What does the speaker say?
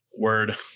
Word